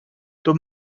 tom